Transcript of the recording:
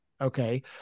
Okay